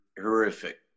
horrific